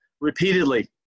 repeatedly